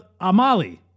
Amali